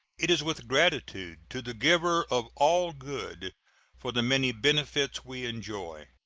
it is with gratitude to the giver of all good for the many benefits we enjoy.